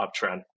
uptrend